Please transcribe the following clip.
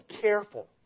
careful